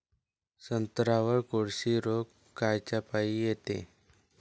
संत्र्यावर कोळशी रोग कायच्यापाई येते?